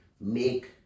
make